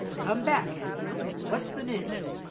come back, have you? what's the news?